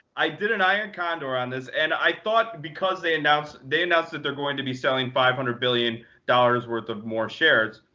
i did an iron condor on this. and i thought because they announced they announced that they're going to be selling five hundred billion dollars worth of more shares,